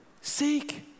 seek